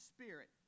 spirit